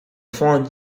font